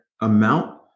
amount